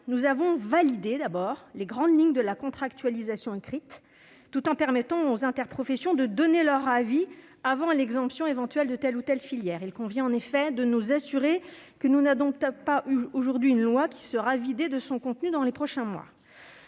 nous avons validé les grandes lignes de la contractualisation écrite, tout en permettant aux interprofessions de donner leur avis avant l'exemption éventuelle de telle ou telle filière. Il convient, en effet, de nous assurer que nous n'adoptons pas aujourd'hui une loi qui sera vidée de son contenu dans les prochains mois.